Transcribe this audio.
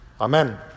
Amen